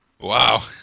Wow